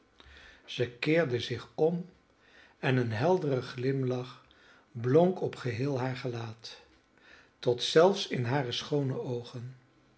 zij keerde zich om en een heldere glimlach blonk op geheel haar gelaat tot zelfs in hare schoone oogen